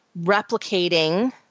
replicating